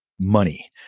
money